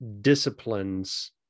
disciplines